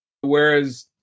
Whereas